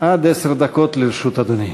עד עשר דקות לרשות אדוני.